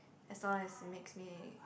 as long as makes me